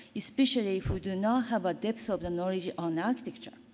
especially if we do not have a depth so of the knowledge on architecture.